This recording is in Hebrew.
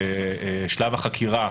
שלב החקירה,